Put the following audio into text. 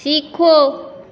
सीखो